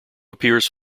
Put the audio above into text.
appears